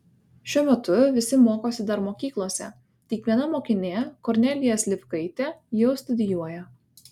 šiuo metu visi mokosi dar mokyklose tik viena mokinė kornelija slivkaitė jau studijuoja